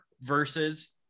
versus